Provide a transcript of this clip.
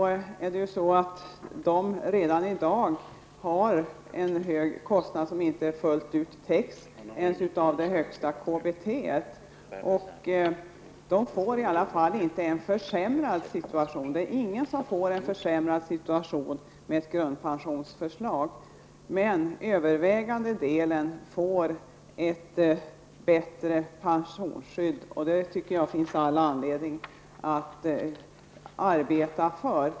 Men det gäller människor som redan i dag har en hög boendekostnad som inte täcks ens av det högsta KBP. De får i alla fall inte en försämrad situation. Ingen får en försämrad situation med en grundpension, men övervägande delen får ett bättre pensionsskydd. Det tycker jag finns all anledning att arbeta för.